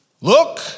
look